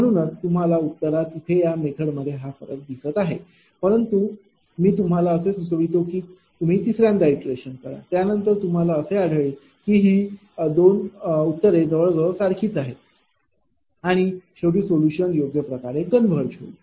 म्हणूनच तुम्हाला उत्तरात इथे या मेथड मध्ये हा फरक दिसतो आहे परंतु मी तुम्हाला असे सुचवितो की तिसऱ्यादा इटरेशन करा त्यानंतर तुम्हाला असे आढळेल की ही दोन उत्तरे जवळ जवळ सारखी असती आणि शेवटी सोल्युशन योग्यप्रकारे कन्वर्ज होईल